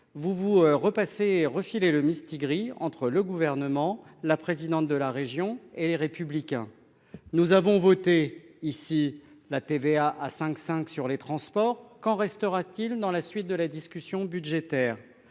vous vous repassez refiler le mistigri entre le gouvernement, la présidente de la région et les républicains. Nous avons voté ici la TVA à 5 5 sur les transports, qu'en restera-t-il dans la suite de la discussion budgétaire.